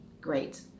great